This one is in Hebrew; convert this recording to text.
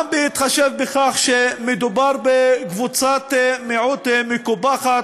גם בהתחשב בכך שמדובר בקבוצת מיעוט מקופחת,